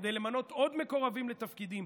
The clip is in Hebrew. כדי למנות עוד מקורבים לתפקידים,